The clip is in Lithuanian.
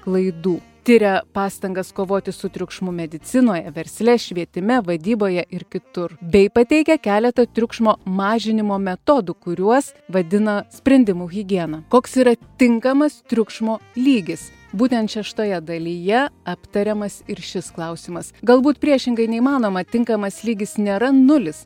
klaidų tiria pastangas kovoti su triukšmu medicinoje versle švietime vadyboje ir kitur bei pateikia keletą triukšmo mažinimo metodų kuriuos vadina sprendimų higiena koks yra tinkamas triukšmo lygis būtent šeštoje dalyje aptariamas ir šis klausimas galbūt priešingai nei manoma tinkamas lygis nėra nulis